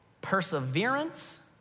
Perseverance